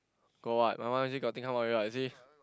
got [what] my one you see got thing come out already [what] you see